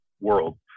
world